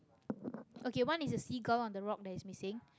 okay one is a seagull on the rock that is missing